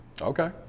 Okay